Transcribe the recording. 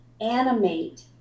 animate